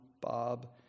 Bob